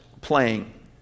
playing